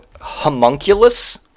homunculus